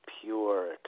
pure